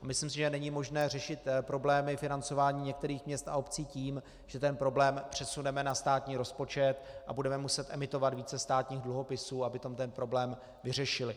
Myslím, že není možné řešit problémy financování některých měst a obcí tím, že ten problém přesuneme na státní rozpočet a budeme muset emitovat více státních dluhopisů, abychom ten problém vyřešili.